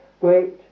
great